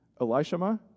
Elishama